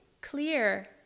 clear